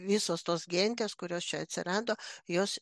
visos tos gentys kurios čia atsirado jos